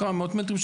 כמה מאות מטרים,